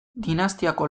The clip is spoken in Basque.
dinastiako